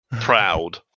proud